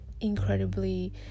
incredibly